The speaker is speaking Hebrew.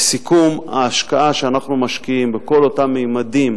לסיכום, ההשקעה שאנחנו משקיעים בכל אותם ממדים,